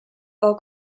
while